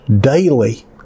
daily